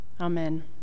Amen